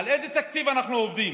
על איזה תקציב אנחנו עובדים?